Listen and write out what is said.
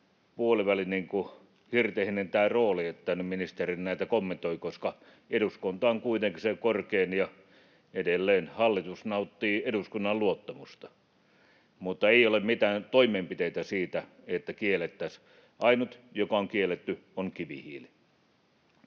puoliväli ja hirtehinen tämä rooli, että ministeri nyt näitä kommentoi, koska eduskunta on kuitenkin se korkein, ja edelleen hallitus nauttii eduskunnan luottamusta. Mutta ei ole mitään sellaisia toimenpiteitä, että kiellettäisiin. Ainut, joka on kielletty, on kivihiili.